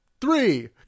three